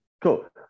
Cool